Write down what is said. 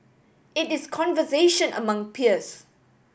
it is conversation among peers